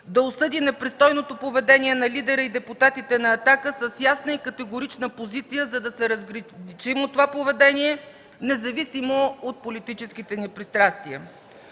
да осъдят непристойното поведение на лидера и депутатите от „Атака” с ясна и категорична позиция, за да се разграничим от това поведение, независимо от политическите ни пристрастия.